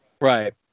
Right